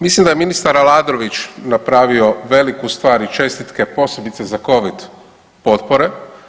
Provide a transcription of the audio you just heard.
Mislim da je ministar Aladrović napravio veliku stvar i čestitke posebice za covid potpore.